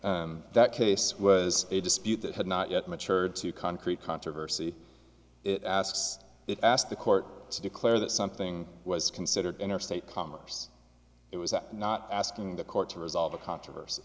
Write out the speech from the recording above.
coughed that case was a dispute that had not yet mature to concrete controversy it asked it asked the court to declare that something was considered interstate commerce it was at not asking the court to resolve a controversy